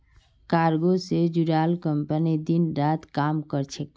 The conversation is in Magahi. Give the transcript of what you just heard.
कार्गो से जुड़ाल कंपनी दिन रात काम कर छे